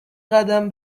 قدم